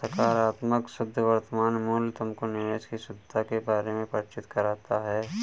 सकारात्मक शुद्ध वर्तमान मूल्य तुमको निवेश की शुद्धता के बारे में परिचित कराता है